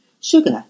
Sugar